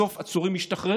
בסוף עצורים משתחררים.